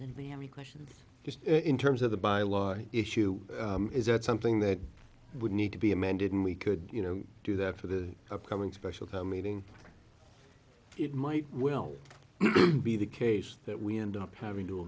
question just in terms of the bylaws issue is that something that would need to be amended and we could you know do that for the upcoming special meeting it might well be the case that we end up having to